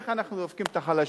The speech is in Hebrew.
איך אנחנו דופקים את החלשים?